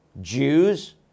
Jews